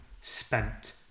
spent